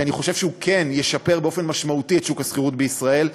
כי אני חושב שהוא כן ישפר באופן משמעותי את שוק השכירות בישראל,